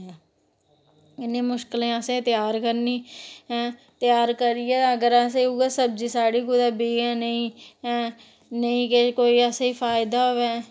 इन्नी मुश्कलें असें त्यार करनी ऐ ते त्यार करियै अगर असें गी उ'ऐ साढ़ी कुदै बिके नेईं कोई किश असेंगी फायदा होऐ